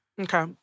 Okay